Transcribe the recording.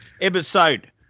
Episode